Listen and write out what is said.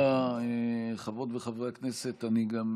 התרבות והספורט בעקבות דיון מהיר בהצעתם של חברי הכנסת מיכל שיר סגמן,